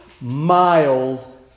mild